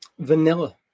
Vanilla